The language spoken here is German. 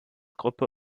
gruppe